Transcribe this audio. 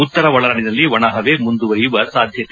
ಉತ್ತರ ಒಳನಾಡಿನಲ್ಲಿ ಒಣಹವೆ ಮುಂದುವರಿಯುವ ಸಾಧ್ಯತೆ